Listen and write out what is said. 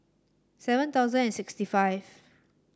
seven thousand and sixty five